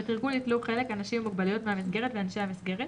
בתרגול ייטלו חלק אנשים עם מוגבלויות מהמסגרת ואנשי המסגרת,